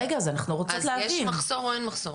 אז יש מחסור או אין מחסור?